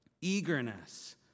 eagerness